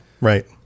right